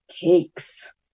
cakes